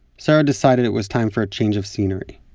sarah decided it was time for a change of scenery